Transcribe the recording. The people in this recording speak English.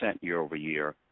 year-over-year